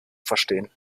verstehen